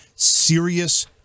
serious